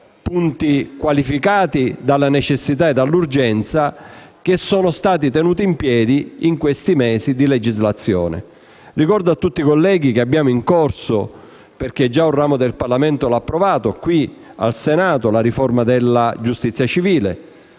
punti, qualificati dalla necessità e dall'urgenza, che sono stati tenuti in piedi in questi mesi di legislazione. Ricordo a tutti i colleghi che è in corso di approvazione (perché già un ramo del Parlamento, il Senato, l'ha approvata) la riforma della giustizia civile;